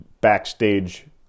backstage